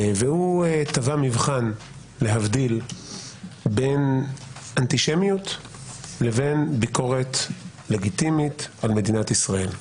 תבע מבחן להבדיל בין אנטישמיות לבין ביקורת לגיטימית על מדינת ישראל.